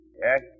Yes